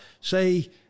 Say